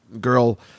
girl